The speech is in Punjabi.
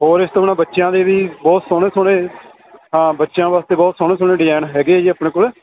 ਹੋਰ ਇਸ ਤੋਂ ਬਿਨਾਂ ਬੱਚਿਆਂ ਦੇ ਵੀ ਬਹੁਤ ਸੋਹਣੇ ਸੋਹਣੇ ਹਾਂ ਬੱਚਿਆਂ ਵਾਸਤੇ ਬਹੁਤ ਸੋਹਣੇ ਸੋਹਣੇ ਡਿਜ਼ਾਇਨ ਹੈਗੇ ਜੀ ਆਪਣੇ ਕੋਲ